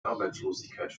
arbeitslosigkeit